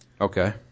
Okay